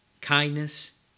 kindness